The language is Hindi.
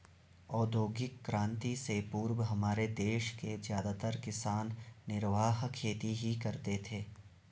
औद्योगिक क्रांति से पूर्व हमारे देश के ज्यादातर किसान निर्वाह खेती ही करते थे